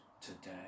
today